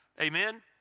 Amen